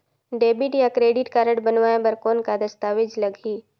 Debit या credit card बनवाय बर कौन का दस्तावेज लगही?